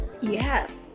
Yes